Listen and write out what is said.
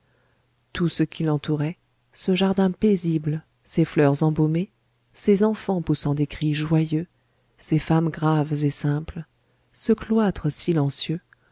tout ce qui l'entourait ce jardin paisible ces fleurs embaumées ces enfants poussant des cris joyeux ces femmes graves et simples ce cloître silencieux